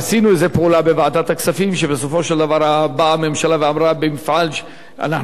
ובסופו של דבר באה הממשלה ואמרה: אנחנו נבחן כל דבר לגופו של עניין.